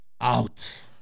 out